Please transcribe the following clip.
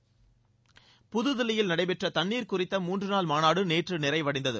தண்ணீர் மாநாடு புதுதில்லியில் நடைபெற்ற தண்ணீர் குறித்த மூன்றுநாள் மாநாடு நேற்று நிறைவடைந்தது